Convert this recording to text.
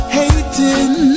hating